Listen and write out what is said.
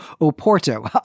Oporto